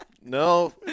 no